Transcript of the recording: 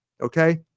okay